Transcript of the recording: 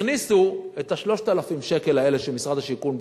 הכניסו את 3,000 השקלים האלה שמשרד השיכון ביקש,